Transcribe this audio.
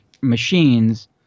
machines